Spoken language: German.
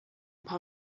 paar